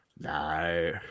No